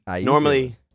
Normally